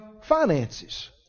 finances